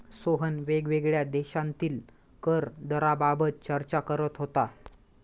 सोहन वेगवेगळ्या देशांतील कर दराबाबत चर्चा करत होता